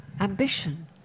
ambition